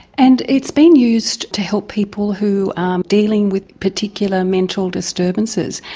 and it's been used to help people who are dealing with particular mental disturbances.